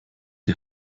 die